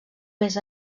més